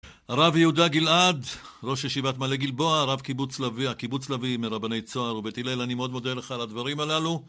הרב יהודה גלעד, ראש ישיבת מעלה גלבוע, הרב קיבוץ לביא, קיבוץ לביא מרבני צוהר ובית הלל אני מאוד מודה לך על הדברים הללו